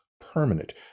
permanent